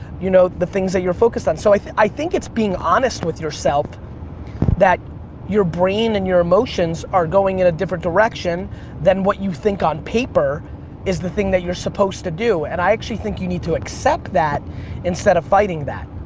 you know, the things that you're focused on. so i i think it's being honest with yourself that your brain and your emotions are going in a different direction than what you think on paper is the thing that you're supposed to do and i actually think that you need to accept that instead of fighting that.